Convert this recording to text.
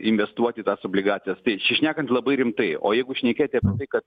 investuoti į tas obligacijas tai šnekant labai rimtai o jeigu šnekėti kad